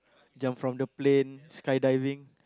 jump from the plane sky diving